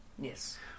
Yes